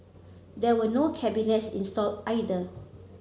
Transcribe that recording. there were no cabinets installed either